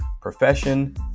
profession